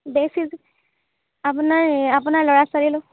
বেছি আপোনাৰ আপোনাৰ এই ল'ৰা ছোৱালী